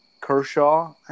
Kershaw